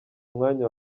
mwanya